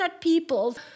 people